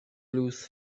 lose